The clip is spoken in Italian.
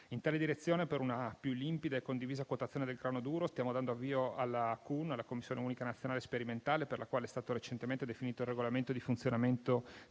In tale direzione, per una più limpida e condivisa quotazione del grano duro, stiamo dando avvio alla CUN, la Commissione unica nazionale sperimentale, per la quale è stato recentemente definito il regolamento di funzionamento